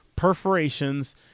perforations